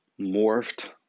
morphed